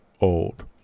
old